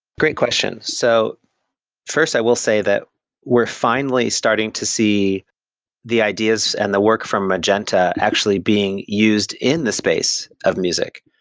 great questions. so first, i will say that we're finally starting to see the ideas and the work from magenta actually being used in the space of music.